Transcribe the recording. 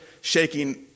shaking